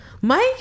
mike